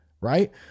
Right